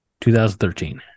2013